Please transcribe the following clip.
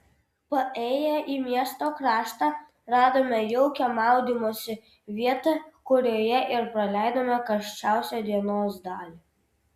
paėję į miesto kraštą radome jaukią maudymosi vietą kurioje ir praleidome karščiausią dienos dalį